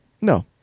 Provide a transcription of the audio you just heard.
No